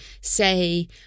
say